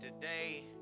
today